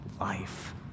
life